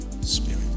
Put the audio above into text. Spirit